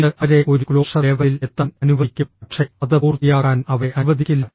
ഇത് അവരെ ഒരു ക്ലോഷർ ലെവലിൽ എത്താൻ അനുവദിക്കും പക്ഷേ അത് പൂർത്തിയാക്കാൻ അവരെ അനുവദിക്കില്ല